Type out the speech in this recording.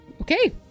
Okay